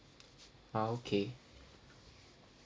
ah okay